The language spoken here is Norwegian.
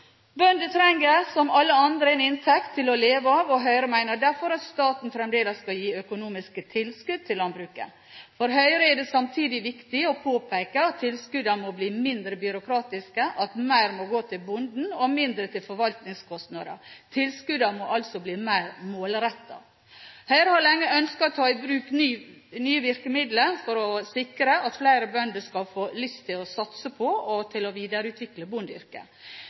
å leve av. Høyre mener derfor at staten fremdeles skal gi økonomiske tilskudd til landbruket. For Høyre er det samtidig viktig å påpeke at tilskuddene må bli mindre byråkratiske, at mer må gå til bonden og mindre til forvaltningskostnader. Tilskuddene må altså bli mer målrettede. Høyre har lenge ønsket å ta i bruk nye virkemidler for å sikre at flere bønder skal få lyst til å satse på og videreutvikle bondeyrket. Til